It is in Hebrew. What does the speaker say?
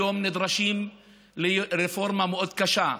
היום נדרשים לרפורמה מאוד קשה.